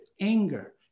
anger